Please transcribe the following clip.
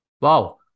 Wow